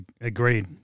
agreed